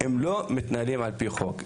לא מתנהלים על פי חוק.